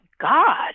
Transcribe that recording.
God